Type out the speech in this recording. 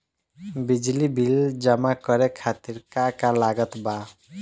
बिजली बिल जमा करे खातिर का का लागत बा?